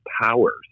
powers